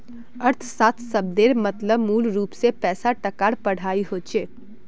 अर्थशाश्त्र शब्देर मतलब मूलरूप से पैसा टकार पढ़ाई होचे